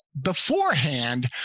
beforehand